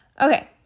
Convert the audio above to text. Okay